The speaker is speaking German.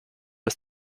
bis